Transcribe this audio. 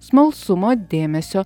smalsumo dėmesio